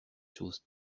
choses